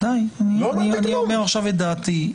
אני אומר עכשיו את דעתי,